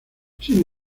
sin